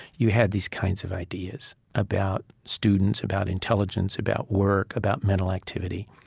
you had these kinds of ideas about students, about intelligence, about work, about mental activity.